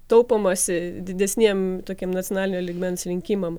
taupomasi didesniem tokiem nacionalinio lygmens rinkimam